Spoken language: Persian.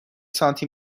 سانتی